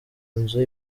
nzu